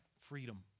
freedom